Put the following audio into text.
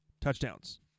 touchdowns